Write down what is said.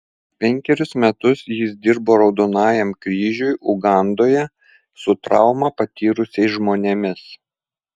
penkerius metus jis dirbo raudonajam kryžiui ugandoje su traumą patyrusiais žmonėmis